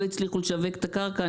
לא הצליחו לשווק את הקרקע,